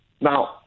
now